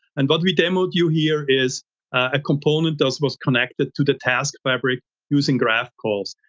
and but we demoed you here is a component does was connected to the task fabric using graph calls.